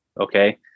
okay